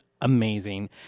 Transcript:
amazing